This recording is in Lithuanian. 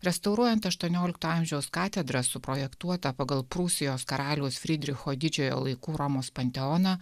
restauruojant aštuoniolikto amžiaus katedra suprojektuota pagal prūsijos karaliaus frydricho didžiojo laikų romos panteoną